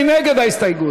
מי נגד ההסתייגות?